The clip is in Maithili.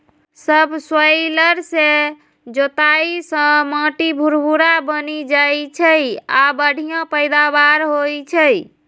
सबसॉइलर सं जोताइ सं माटि भुरभुरा बनि जाइ छै आ बढ़िया पैदावार होइ छै